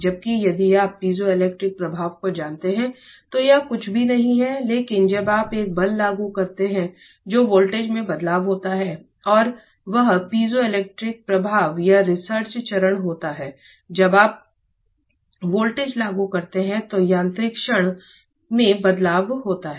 जबकि यदि आप पीजोइलेक्ट्रिक प्रभाव को जानते हैं तो यह कुछ भी नहीं है लेकिन जब आप एक बल लागू करते हैं जो वोल्टेज में बदलाव होता है और वह पीजोइलेक्ट्रिक प्रभाव या रिवर्स चरण होता है जब आप वोल्टेज लागू करते हैं तो यांत्रिक क्षण में बदलाव होता है